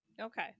okay